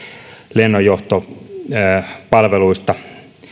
lennonjohtopalveluista